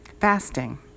fasting